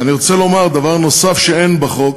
אני רוצה לומר דבר נוסף שאין בחוק,